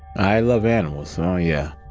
i love animals, so yeah.